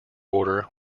order